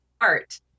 art